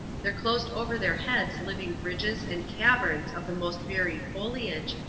there closed over their heads living bridges and caverns of the most varied foliage,